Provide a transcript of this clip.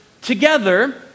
together